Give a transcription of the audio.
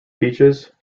peaches